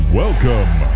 welcome